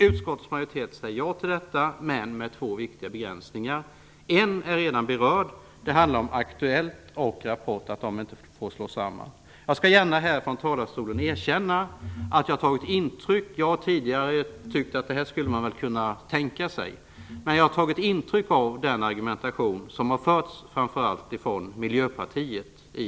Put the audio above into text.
Utskottets majoritet säger ja till detta, men med två viktiga begränsningar. En är redan berörd, nämligen att Aktuellt och Rapport inte får slås samman. Jag har tidigare tyckt att man nog skulle kunna göra det, men jag skall gärna här ifrån talarstolen erkänna att jag tagit intryck av den argumentation som förts i det här sammanhanget, framför allt från Miljöpartiet.